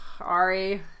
Ari